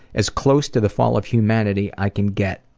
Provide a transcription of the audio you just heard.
as close to the fall of humanity i can get.